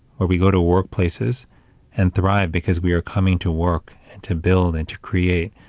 or we go to workplaces and thrive because we are coming to work, and to build and to create,